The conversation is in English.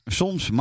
soms